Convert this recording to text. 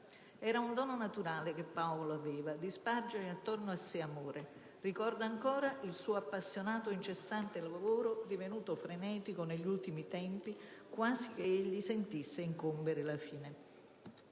Era un dono naturale, che Paolo aveva, di spargere intorno a sé amore. Ricordo ancora il suo appassionato e incessante lavoro, divenuto frenetico negli ultimi tempi, quasi che egli sentisse incombere la fine».